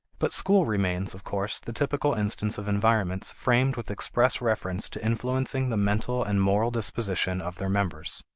but schools remain, of course, the typical instance of environments framed with express reference to influencing the mental and moral disposition of their members.